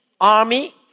army